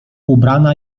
ubrana